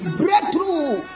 breakthrough